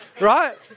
right